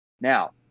Now